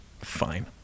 fine